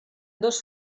dos